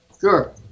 Sure